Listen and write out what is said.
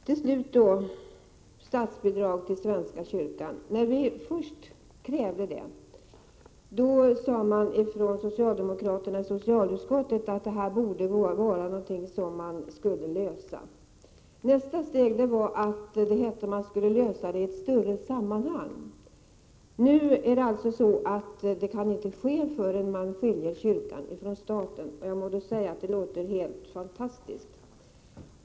Till slut vill jag säga beträffande statsbidrag till barnomsorg i svenska kyrkans regi, att när vi först krävde det sade socialdemokraterna i socialutskottet att det var en fråga som man borde kunna lösa. Nästa steg var att man skulle lösa den här frågan i ett större sammanhang. Nu är det så att det inte kan ske förrän man skiljer kyrkan från staten. Jag måste säga att det låter helt fantastiskt.